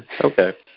Okay